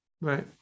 Right